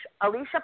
Alicia